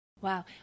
Wow